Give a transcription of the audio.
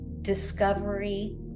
discovery